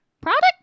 Product